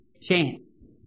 chance